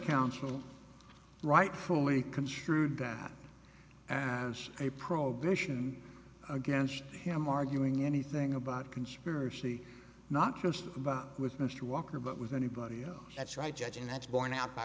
counsel rightfully construed as a prohibition against him arguing anything about conspiracy not just about with mr walker but with anybody else that's right judge and that's borne out by